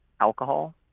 alcohol